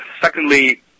secondly